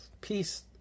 peace